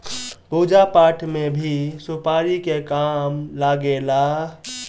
पूजा पाठ में भी सुपारी के काम लागेला